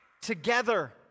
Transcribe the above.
together